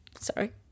sorry